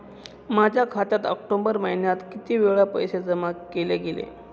माझ्या खात्यात ऑक्टोबर महिन्यात किती वेळा पैसे जमा केले गेले?